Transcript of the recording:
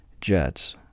jets